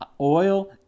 oil